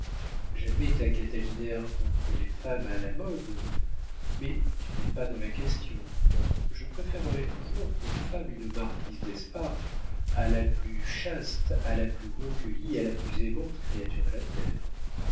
j'admets ta catilinaire contre les femmes à la mode mais tu n'es pas dans la question je préférerai toujours pour femme une marquise d'espard à la plus chaste à la plus recueillie à la plus aimante créature de la terre